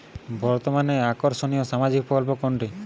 বর্তমানে আকর্ষনিয় সামাজিক প্রকল্প কোনটি?